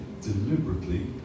deliberately